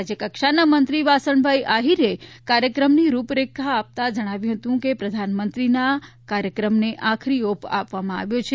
રાજ્યકક્ષાના મંત્રી વાસણભાઈ આહીરે કાર્યક્રમની રૂપરેખા આપતા જણાવ્યું હતું કે પ્રધાનમંત્રીના કાર્યક્રમને આખરી ઓપ આપવામાં આવ્યો છે